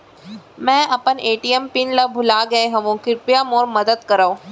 मै अपन ATM PIN ला भूलागे हव, कृपया मोर मदद करव